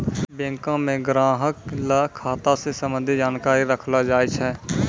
बैंको म ग्राहक ल खाता स संबंधित जानकारी रखलो जाय छै